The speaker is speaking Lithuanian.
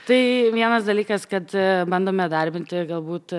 tai vienas dalykas kad bandome darbinti galbūt